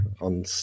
on